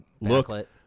look